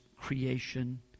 creation